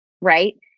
right